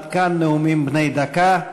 עד כאן נאומים בני דקה.